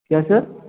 क्या सर